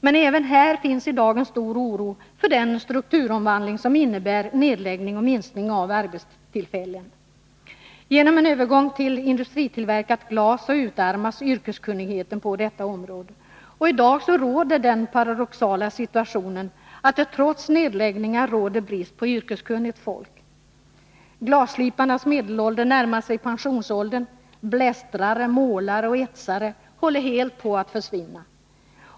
Även inom glasbruken finns i dag en stor oro för den strukturomvandling som innebär nedläggning och minskning av arbetstillfällen. Genom en övergång till industritillverkat glas utarmas yrkeskunnigheten på detta område. I dag råder den paradoxala situationen att det trots nedläggningar råder brist på yrkeskunnigt folk. Glassliparnas medelålder Nr 80 närmar sig pensionsåldern. Blästrare, målare och etsare håller helt på att försvinna.